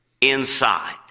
inside